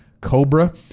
COBRA